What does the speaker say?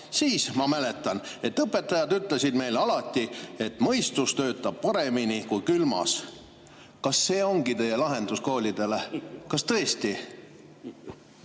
kindad käes, ja et õpetajad ütlesid siis alati, et mõistus töötab paremini külmas. Kas see ongi teie lahendus koolidele? Kas tõesti?